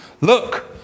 look